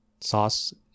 sauce